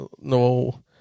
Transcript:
no